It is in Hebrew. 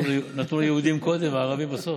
נתנו ליהודים קודם ולערבים בסוף.